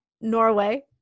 Norway